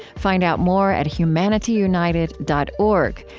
find out more at humanityunited dot org,